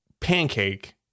pancake